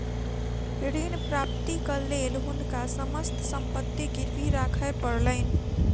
ऋण प्राप्तिक लेल हुनका समस्त संपत्ति गिरवी राखय पड़लैन